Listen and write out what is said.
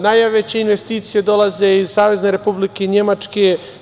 Najveće investicije dolaze iz Savezne Republike Nemačke.